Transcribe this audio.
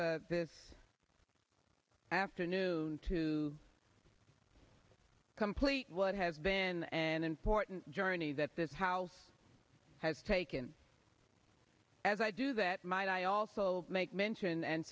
to this afternoon to complete what has been an important journey that this house has taken as i do that might i also make mention and